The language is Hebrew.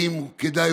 האם כדאי,